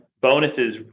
bonuses